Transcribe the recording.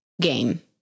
Game